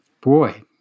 boy